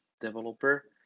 developer